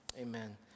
Amen